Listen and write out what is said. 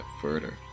further